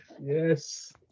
Yes